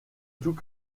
tout